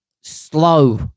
slow